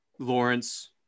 lawrence